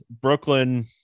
Brooklyn